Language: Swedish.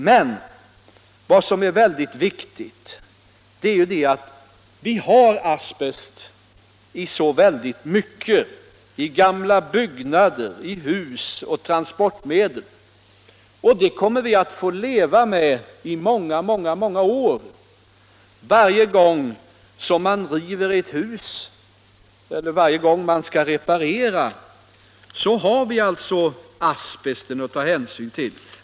Men vi har asbest i så väldigt mycket; i gamla byggnader, transportmedel m.m. Och det kommer vi att få leva med i många år. Varje gång man river ett hus eller varje gång man skall reparera har vi asbest att ta hänsyn till.